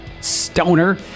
Stoner